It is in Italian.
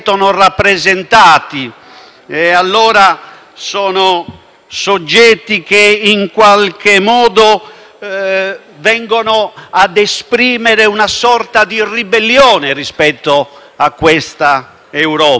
soggetti che, in qualche modo, esprimono una sorta di ribellione rispetto a questa Europa, ma mi chiedo quanto di questo sia genuino e spontaneo